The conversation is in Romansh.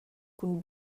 cun